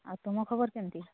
ଆଉ ତୁମ ଖବର କେମିତି